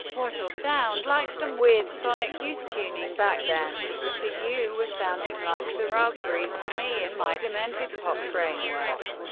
what'll sound like some weird sonic youth tuning back then to you was sounding like the raspberries to me, in my demented pop framework.